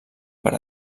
per